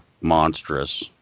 monstrous